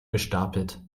gestapelt